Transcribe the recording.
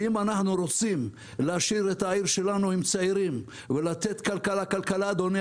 ואם אנחנו רוצים להשאיר את העיר שלנו עם צעירים ולתת כלכלה אדוני,